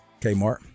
Kmart